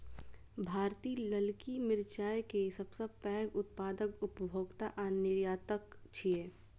भारत ललकी मिरचाय के सबसं पैघ उत्पादक, उपभोक्ता आ निर्यातक छियै